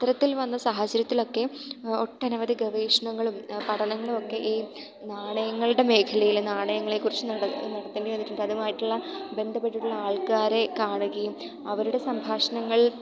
ഇത്തരത്തിൽ വന്ന സാഹചര്യത്തിലൊക്കെ ഒട്ടനവധി ഗവേഷണങ്ങളും പഠനങ്ങളുമൊക്കെ ഈ നാണയങ്ങളുടെ മേഖലയിലും നാണയങ്ങളെക്കുറിച്ച് നടത്തേണ്ടി വന്നിട്ടുണ്ട് അതുമായിട്ടുള്ള ബന്ധപ്പെട്ടിട്ടുള്ള ആൾക്കാരെ കാണുകയും അവരുടെ സംഭാഷണങ്ങൾ